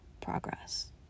progress